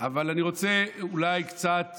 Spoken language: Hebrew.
אבל אני רוצה אולי קצת